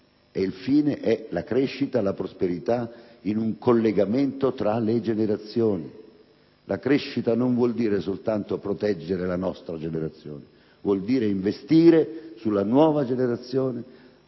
fine che è la crescita e la prosperità in un collegamento tra le generazioni. La crescita non vuol dire solo proteggere la nostra generazione: vuol dire investire sulla nuova generazione,